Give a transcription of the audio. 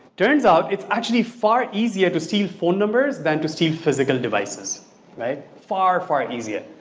turns out it's actually far easier to steal phone numbers than to steal physical devices right? far far easier.